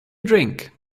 drink